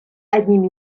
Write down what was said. одним